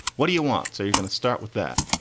what do you want? so you're going to start with that.